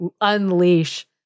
unleash